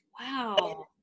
Wow